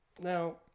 Now